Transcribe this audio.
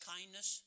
Kindness